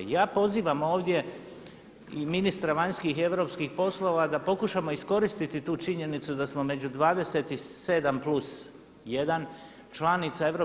I ja pozivam ovdje i ministra vanjskih i europskih poslova da pokušamo iskoristiti tu činjenicu da smo među 27+1 članica EU